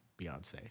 Beyonce